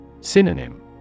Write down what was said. Synonym